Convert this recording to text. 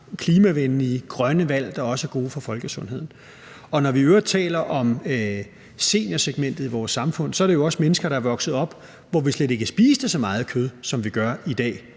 klimavenlige grønne valg, der også er gode for folkesundheden. Når vi i øvrigt taler om seniorsegmentet i vores samfund, er det jo også mennesker, der er vokset op i en tid, hvor vi slet ikke spiste så meget kød, som vi gør i dag.